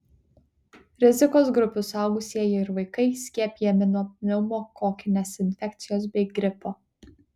rizikos grupių suaugusieji ir vaikai skiepijami nuo pneumokokinės infekcijos bei gripo